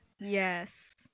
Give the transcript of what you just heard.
Yes